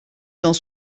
cent